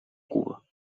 cuba